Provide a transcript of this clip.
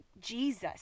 Jesus